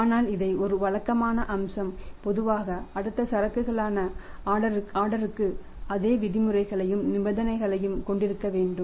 ஆனால் இதை ஒரு வழக்கமான அம்சம் பொதுவாக அடுத்த சரக்குக்கான ஆர்டர்க்கு அதே விதிமுறைகளையும் நிபந்தனைகளையும் கொண்டிருக்க வேண்டும்